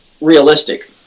realistic